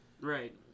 Right